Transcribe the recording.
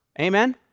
Amen